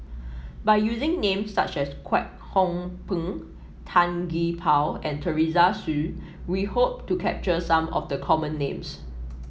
by using names such as Kwek Hong Png Tan Gee Paw and Teresa Hsu we hope to capture some of the common names